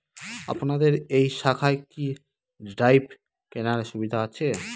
আপনাদের এই শাখায় কি ড্রাফট কেনার সুবিধা আছে?